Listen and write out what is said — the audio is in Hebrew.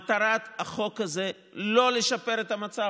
מטרת החוק הזה היא לא לשפר את המצב.